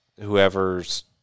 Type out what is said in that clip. Whoever's